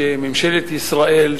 שממשלת ישראל,